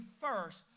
first